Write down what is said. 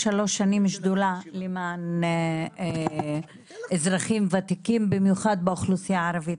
שנים שדולה למען אזרחים וותיקים במיוחד באוכלוסיה הערבית.